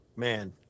Man